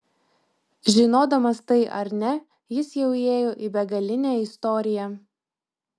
žinodamas tai ar ne jis jau įėjo į begalinę istoriją